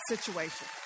situation